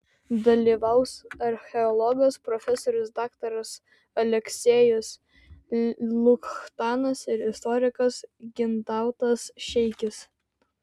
dalyvaus archeologas profesorius daktaras aleksejus luchtanas ir istorikas gintautas šeikis